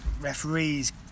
referees